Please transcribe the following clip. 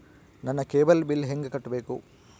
ನನ್ನ cable bill ಹೆಂಗ ಕಟ್ಟಬೇಕು?